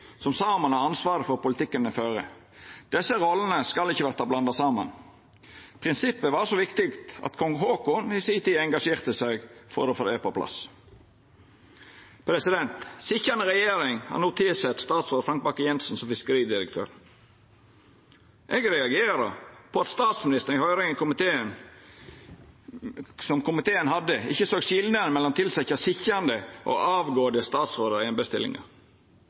som saman har ansvaret for den politikken dei fører. Desse rollene skal ikkje blandast saman. Prinsippet var så viktig at kong Haakon i si tid engasjerte seg for å få det på plass. Den sitjande regjeringa har no tilsett statsråd Frank Bakke-Jensen som fiskeridirektør. Eg reagerer på at statsministeren i høyringa som komiteen hadde, ikkje såg skilnaden mellom å tilsetja sitjande og avgåtte statsrådar i embetsstillingar. Som sitjande statsråd kan ein